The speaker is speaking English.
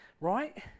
right